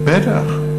בטח.